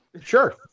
Sure